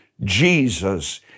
Jesus